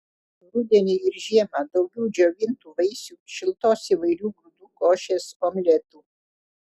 rudenį ir žiemą daugiau džiovintų vaisių šiltos įvairių grūdų košės omletų